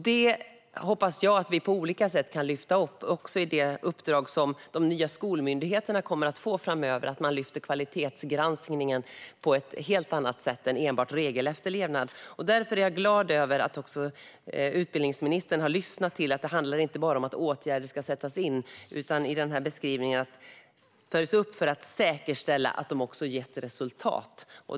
Det hoppas jag att vi på olika sätt kan lyfta fram även i de uppdrag som de nya skolmyndigheterna kommer att få framöver, så att man lyfter fram kvalitetsgranskningen på ett helt annat sätt än enbart genom regelefterlevnad. Därför är jag glad att utbildningsministern har lyssnat. Det handlar inte bara om att åtgärder ska sättas in, utan de ska också följas upp för att vi ska säkerställa att de gett resultat.